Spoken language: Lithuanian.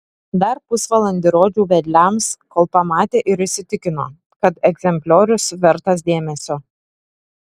dar pusvalandį rodžiau vedliams kol pamatė ir įsitikino kad egzempliorius vertas dėmesio